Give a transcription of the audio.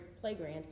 Playground